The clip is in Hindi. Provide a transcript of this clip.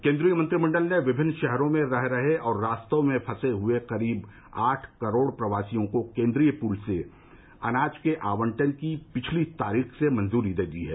केन्द्रीय मंत्रिमंडल ने विमिन्न शहरों में रह रहे और रास्तों में फंसे हुए करीब आठ करोड़ प्रवासियों को केन्द्रीय पूल से अनाज के आवंटन की पिछली तारीख से मंजूरी दे दी है